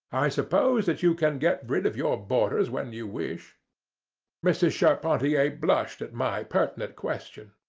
i suppose that you can get rid of your boarders when you wish mrs. charpentier blushed at my pertinent question.